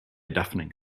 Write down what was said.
deafening